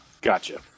Gotcha